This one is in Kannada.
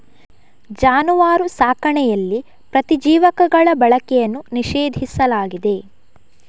ಜಾನುವಾರು ಸಾಕಣೆಯಲ್ಲಿ ಪ್ರತಿಜೀವಕಗಳ ಬಳಕೆಯನ್ನು ನಿಷೇಧಿಸಲಾಗಿದೆ